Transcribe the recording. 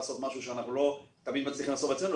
שאנחנו לא תמיד מצליחים לעשות אצלנו,